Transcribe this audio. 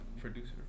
producer